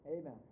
Amen